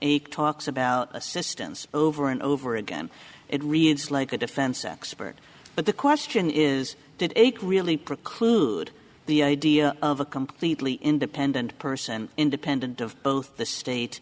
aig talks about assistance over and over again it reads like a defense expert but the question is did it take really preclude the idea of a completely independent person independent of both the state